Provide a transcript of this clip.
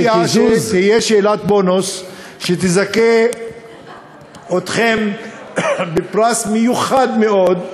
ואני מציע שתהיה שאלת בונוס שתזכה אתכם בפרס מיוחד מאוד,